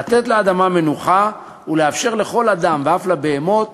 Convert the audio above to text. לתת לאדמה מנוחה ולאפשר לכל אדם ואף לבהמות